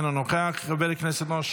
חבר הכנסת ולדימיר בליאק,